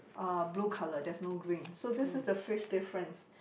uh blue color there's no green so this is the fifth difference